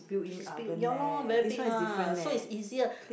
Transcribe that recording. she's big ya loh very big lah so is easier